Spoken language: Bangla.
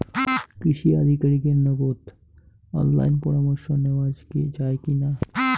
কৃষি আধিকারিকের নগদ অনলাইন পরামর্শ নেওয়া যায় কি না?